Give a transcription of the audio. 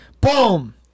Boom